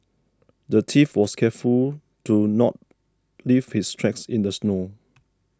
the thief was careful to not leave his tracks in the snow